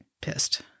pissed